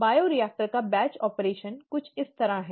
bioreactor का batch operation कुछ इस तरह है